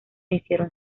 hicieron